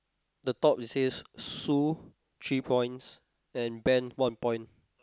the top says Sue three points and Ben one point